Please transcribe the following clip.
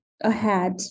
ahead